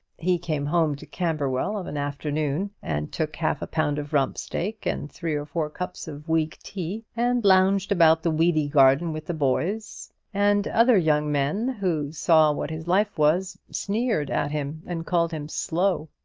he came home to camberwell of an afternoon, and took half a pound of rump-steak and three or four cups of weak tea, and lounged about the weedy garden with the boys and other young men who saw what his life was, sneered at him and called him slow.